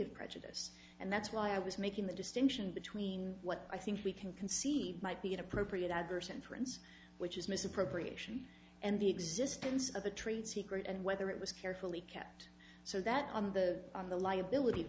of prejudice and that's why i was making the distinction between what i think we can conceive might be appropriate adverse inference which is misappropriation and the existence of a trade secret and whether it was carefully kept so that on the on the liability